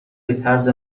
بطرز